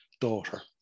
daughter